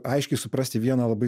aiškiai suprasti vieną labai